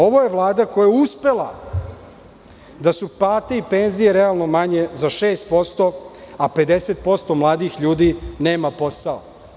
Ovo je Vlada koja je uspela da su plate realno manje za 6%, a 50% mladih ljudi nema posao.